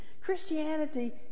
Christianity